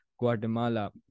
Guatemala